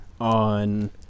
on